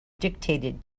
dictated